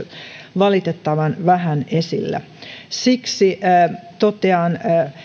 valitettavan vähän esillä siksi totean